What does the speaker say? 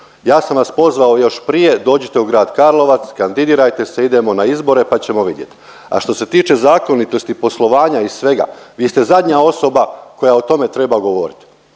Ja sam vas pozvao još prije dođite u Grad Karlovac, kandidirajte se idemo na izbore pa ćemo vidjet. A što se tiče zakonitosti i poslovanja i svega, vi ste zadnja osoba koja o tome treba govorit,